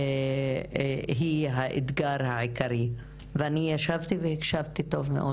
היא האתגר העיקרי ואני ישבתי והקשבתי טוב מאוד